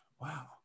Wow